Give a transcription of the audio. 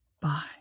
Bye